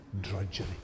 drudgery